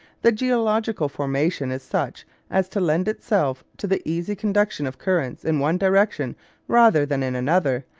the geological formation is such as to lend itself to the easy conduction of currents in one direction rather than in another,